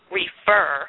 refer